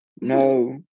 no